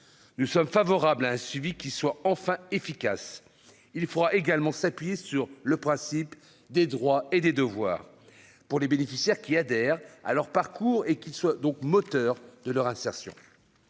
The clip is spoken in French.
nous sommes favorables à un suivi qui soit enfin efficace, il faudra également s'appuyer sur le principe des droits et des devoirs pour les bénéficiaires qui adhère à leur parcours et qui soient donc moteur de leur insertion